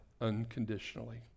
unconditionally